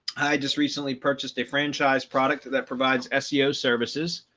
i just recently purchased a franchise product that provides seo services.